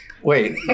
Wait